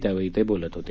त्यावेळी ते बोलत होते